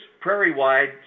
prairie-wide